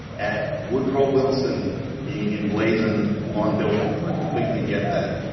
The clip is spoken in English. at woodrow wilson being emblazoned on buildings. i completely get that.